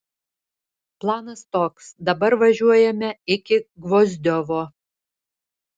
planas toks dabar važiuojame iki gvozdiovo